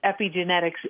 epigenetics